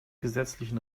gesetzlichen